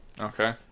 okay